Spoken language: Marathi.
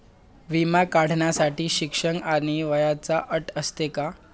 विमा काढण्यासाठी शिक्षण आणि वयाची अट असते का?